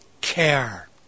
care